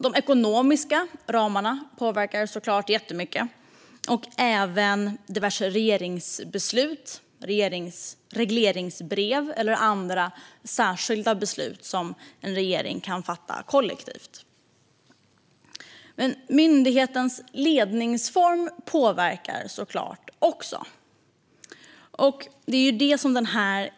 De ekonomiska ramarna påverkar såklart mycket, och det gäller även regeringsbeslut, regleringsbrev eller andra särskilda beslut som en regering fattar kollektivt. Myndighetens ledningsform påverkar såklart också.